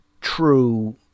true